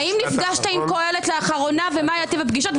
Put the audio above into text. האם נפגשת עם קהלת לאחרונה ומה היה טיב הפגישות,